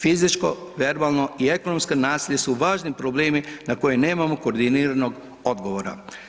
Fizičko, verbalno i ekonomsko nasilje su važni problemi na koje nemamo koordiniranog odgovora.